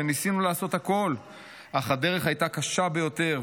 שניסינו לעשות הכול אך הדרך הייתה קשה ביותר,